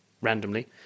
randomly